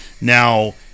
Now